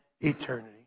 eternity